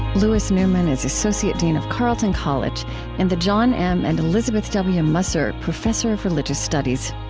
louis newman is associate dean of carleton college and the john m. and elizabeth w. musser professor of religious studies.